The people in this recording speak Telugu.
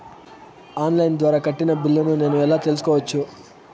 ఆన్ లైను ద్వారా కట్టిన బిల్లును నేను ఎలా తెలుసుకోవచ్చు?